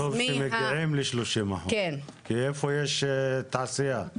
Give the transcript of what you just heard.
כי איפה יש תעשייה,